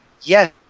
Yes